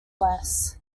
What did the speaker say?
less